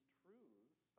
truths